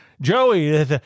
Joey